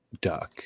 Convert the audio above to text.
duck